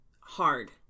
hard